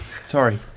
Sorry